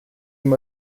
ihm